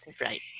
Right